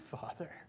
father